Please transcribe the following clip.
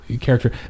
character